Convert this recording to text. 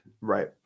Right